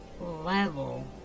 level